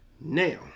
Now